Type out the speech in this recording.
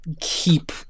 keep